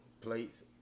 plates